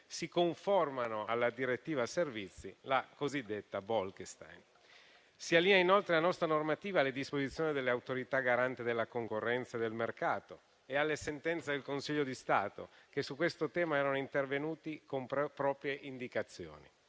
si conformano alla direttiva servizi, la cosiddetta Bolkestein. Si allinea inoltre la nostra normativa alle disposizioni dell'Autorità garante della concorrenza e del mercato e alle sentenze del Consiglio di Stato, che su questo tema erano intervenuti con proprie indicazioni.